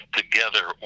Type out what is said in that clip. together